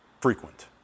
frequent